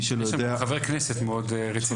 יש לנו חבר כנסת מאוד רציני.